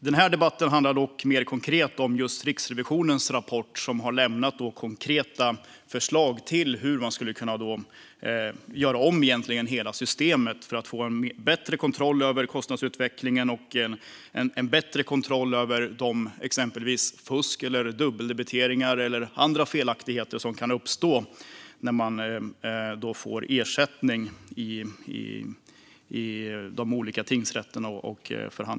Den här debatten handlar dock mer konkret om just Riksrevisionens rapport, där det ges konkreta förslag på hur man skulle kunna göra om hela systemet för att få en bättre kontroll över kostnadsutvecklingen och en bättre kontroll över fusk, dubbeldebiteringar eller andra felaktigheter som kan uppstå när det betalas ut ersättning i tingsrätterna.